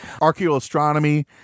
Archaeoastronomy